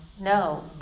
no